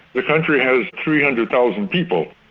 the country has three hundred thousand people.